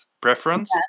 preference